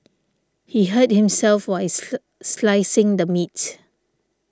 he hurt himself while slicing the meat